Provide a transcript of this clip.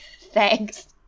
thanks